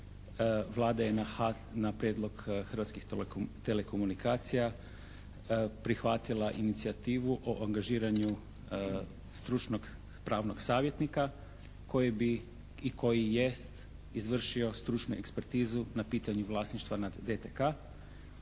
Vlada je na prijedlog Hrvatskih telekomunikacija prihvatila inicijativu o angažiranju stručnog pravnog savjetnika koji bi i koji jest izvršio stručnu ekspertizu na pitanju vlasništva nad DTK.